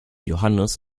johannes